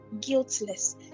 guiltless